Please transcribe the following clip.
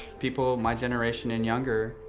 people, my generation and younger,